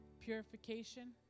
purification